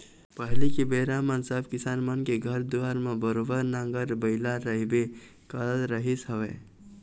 पहिली के बेरा म सब किसान मन के घर दुवार म बरोबर नांगर बइला रहिबे करत रहिस हवय